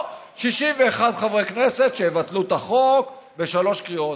או 61 חברי כנסת שיבטלו את החוק בשלוש קריאות.